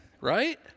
right